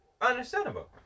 Understandable